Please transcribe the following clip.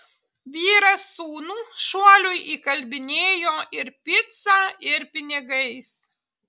vyras sūnų šuoliui įkalbinėjo ir pica ir pinigais